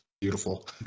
beautiful